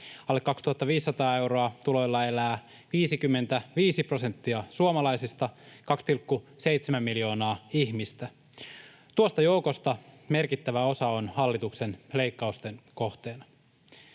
alle 2 500 euron tuloilla elää 55 prosenttia suomalaisista, 2,7 miljoonaa ihmistä. Tuosta joukosta merkittävä osa on hallituksen leikkausten kohteena.